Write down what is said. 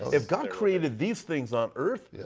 if god created these things on earth.